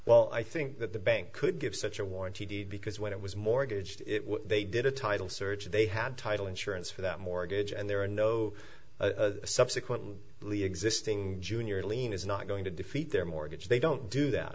well i think that the bank could give such a warranty deed because when it was mortgaged they did a title search they had title insurance for that mortgage and there are no subsequent lee existing junior lien is not going to defeat their mortgage they don't do that